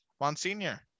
Monsignor